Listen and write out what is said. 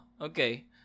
okay